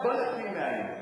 בואי נתחיל מהיום.